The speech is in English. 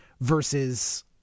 versus